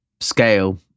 scale